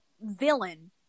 villain